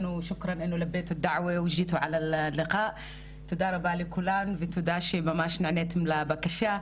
תודה רבה לכולן ותודה שממש נעניתן לבקשה,